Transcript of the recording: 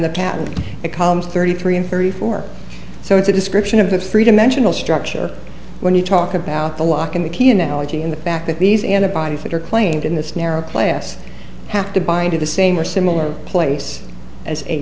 the pattern of columns thirty three and thirty four so it's a description of the three dimensional structure when you talk about the lock in the key analogy in the fact that these antibodies that are claimed in this narrow play us have to bind to the same or similar place as